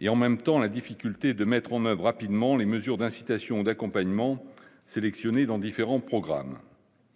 et en même temps, la difficulté de mettre en oeuvre à pigments les mesures d'incitation, d'accompagnement, sélectionnés dans différents programmes,